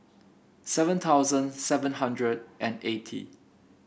seven thousand seven hundred and eighty